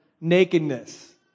nakedness